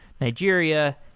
Nigeria